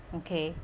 okay